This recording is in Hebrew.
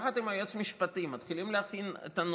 יחד עם היועץ המשפטי מתחילים להכין את הנוסח,